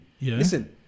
Listen